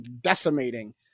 decimating